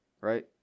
right